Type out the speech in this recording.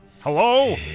Hello